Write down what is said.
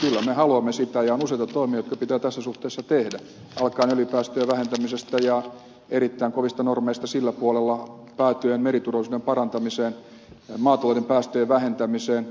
kyllä me haluamme sitä ja on useita toimia jotka pitää tässä suhteessa tehdä alkaen öljypäästöjen vähentämisestä ja erittäin kovista normeista sillä puolella päätyen meriturvallisuuden parantamiseen maatalouden päästöjen vähentämiseen